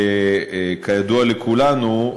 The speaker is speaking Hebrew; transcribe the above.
וכידוע לכולנו,